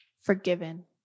Forgiven